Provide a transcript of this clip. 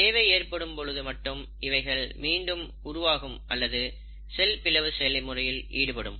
தேவை ஏற்படும் பொழுது மட்டுமே இவைகள் மீண்டும் உருவாகும் அல்லது செல் பிளவு செயல் முறையில் ஈடுபடும்